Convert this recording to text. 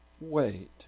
wait